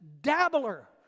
dabbler